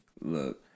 Look